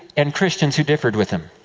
and christians who differed with them.